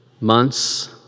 months